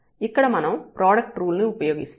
ఇక్కడ మనం product rule ని ఉపయోగిస్తాము